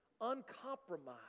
uncompromised